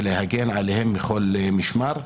ולהגן עליהם מכל משמר.